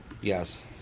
yes